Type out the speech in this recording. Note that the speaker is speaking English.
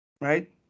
Right